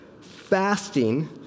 fasting